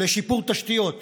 בשיפור תשתיות פיזיות,